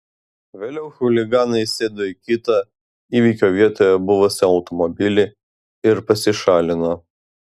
vėliau chuliganai sėdo į kitą įvykio vietoje buvusį automobilį ir pasišalino